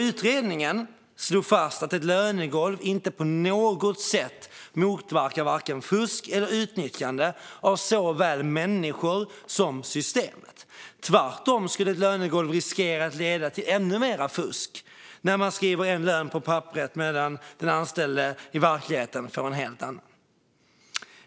Utredningen slog fast att ett lönegolv inte på något sätt motverkar vare sig fusk eller utnyttjande av människor och system. Tvärtom skulle ett lönegolv riskera att leda till ännu mer fusk, när man skriver en lön på papperet medan den anställde i verkligheten får en helt annan.